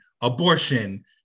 abortion